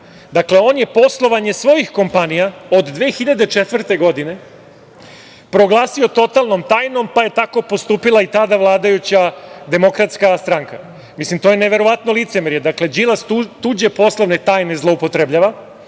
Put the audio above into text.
Dakle, on je poslovanje svojih kompanija od 2004. godine, proglasio totalnom tajnom, pa je tako postupila i tada vladajuća Demokratska stranka. Mislim, to je neverovatno licemerje. Đilas tuđe poslovne tajne zloupotrebljava